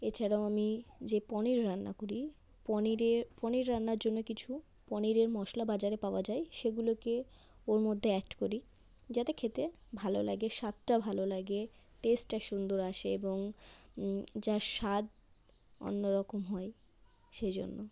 এছাড়াও আমি যে পনির রান্না করি পনিরে পনির রান্নার জন্য কিছু পনিরের মশলা বাজারে পাওয়া যায় সেগুলোকে ওর মধ্যে অ্যাড করি যাতে খেতে ভালো লাগে স্বাদটা ভালো লাগে টেস্টটা সুন্দর আসে এবং যার স্বাদ অন্য রকম হয় সেই জন্য